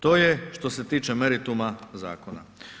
To je što se tiče merituma zakona.